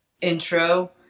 intro